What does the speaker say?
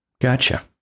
Gotcha